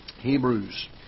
Hebrews